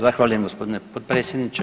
Zahvaljujem gospodine potpredsjedniče.